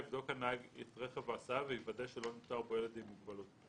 יבדוק הנהג את רכב ההסעה ויוודא שלא נותר בו ילד עם מוגבלות.